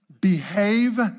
Behave